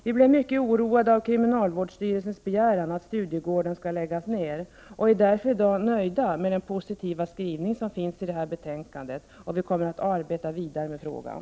Vi blev mycket oroade av kriminalvårdsstyrelsens begäran att Studiegården skall läggas ned, och vi är därför i dag nöjda med den positiva skrivning som finns i detta betänkande och kommer att arbeta vidare med frågan.